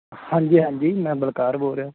ਹਾਂਜੀ ਹਾਂਜੀ ਮੈਂ ਬਲਕਾਰ ਬੋਲ ਰਿਹਾ